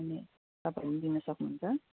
अनि तपाईँले लिन सक्नुहुन्छ